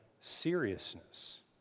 seriousness